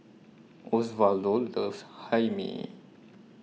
Osvaldo loves Hae Mee